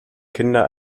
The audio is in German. kinder